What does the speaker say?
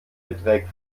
beträgt